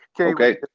Okay